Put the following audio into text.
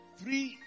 three